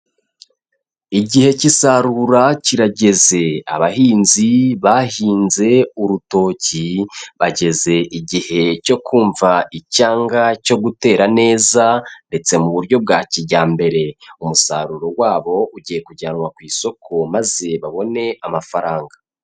Igihe cy'isarura kirageze, abahinzi bahinze urutoki bageze igihe cyo kumva icyanga cyo gutera neza ndetse mu buryo bwa kijyambere, umusaruro wabo ugiye kujyanwa ku isoko maze babone amafaranga.